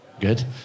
good